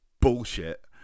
bullshit